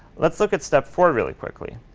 let's look at step four really quickly.